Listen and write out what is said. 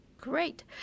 Great